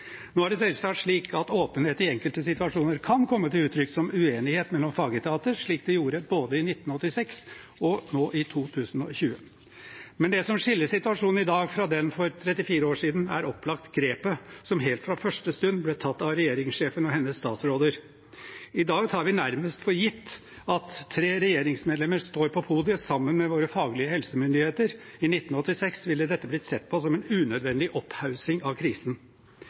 Nå er det selvsagt slik at åpenhet i enkelte situasjoner kan komme til uttrykk som uenighet mellom fagetater, slik det gjorde både i 1986 og nå i 2020. Men det som skiller situasjonen i dag fra den for 34 år siden, er opplagt grepet som helt fra første stund ble tatt av regjeringssjefen og hennes statsråder. I dag tar vi nærmest for gitt at tre regjeringsmedlemmer står på podiet sammen med våre faglige helsemyndigheter. I 1986 ville dette blitt sett på som en unødvendig opphaussing av krisen.